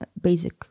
basic